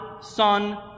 Son